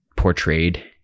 portrayed